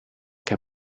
can